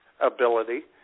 ability